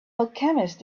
alchemist